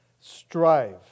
strive